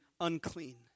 unclean